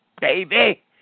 baby